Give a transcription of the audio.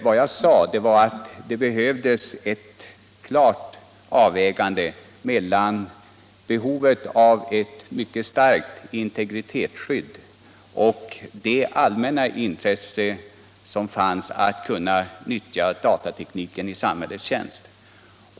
Vad jag sade var att det behövdes en klar avvägning mellan behovet av ett mycket starkt integritetsskydd för individen och det allmänna intresset att kunna nyttja datatekniken i samhällets tjänst.